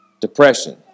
depression